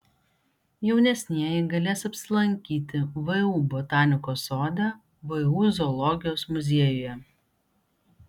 jaunesnieji galės apsilankyti vu botanikos sode vu zoologijos muziejuje